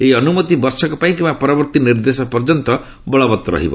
ଏହି ଅନୁମତି ବର୍ଷକ ପାଇଁ କିମ୍ବା ପରବର୍ତ୍ତୀ ନିର୍ଦ୍ଦେଶ ପର୍ଯ୍ୟନ୍ତ ଦିଆଯାଇଛି